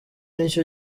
nicyo